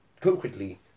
concretely